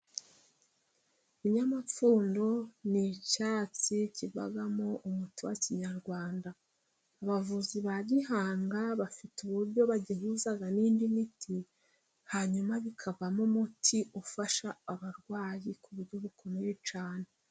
Ibinyamapfundo ni icyatsi kivamo umuti wa kinyarwanda, abavuzi ba gihanga bafite uburyo bagihuza n'indi miti, hanyuma bikavamo umuti ufasha abarwayi ku buryo bukomeye cyane.